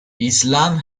ایسلند